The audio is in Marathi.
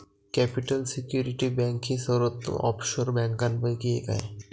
कॅपिटल सिक्युरिटी बँक ही सर्वोत्तम ऑफशोर बँकांपैकी एक आहे